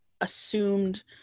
assumed